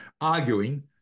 arguing